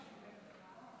כבוד היושב-ראש.